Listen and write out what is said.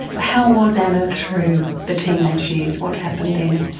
how was anna through the teenage years? what happened then?